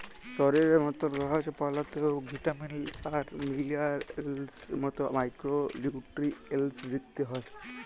শরীরের মতল গাহাচ পালাতেও ভিটামিল আর মিলারেলসের মতল মাইক্রো লিউট্রিয়েল্টস দিইতে হ্যয়